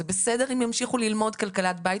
זה בסדר אם ימשיכו ללמוד כלכלת בית